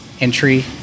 entry